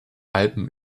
alpen